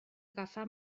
agafar